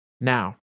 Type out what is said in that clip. Now